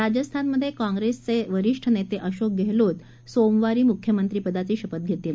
राजस्थानमध्ये काँप्रेसचे वरिष्ठ नेते अशोक गेहलोत सोमवारी मुख्यमंत्रीपदाची शपथ घेतील